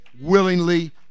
willingly